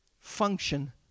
function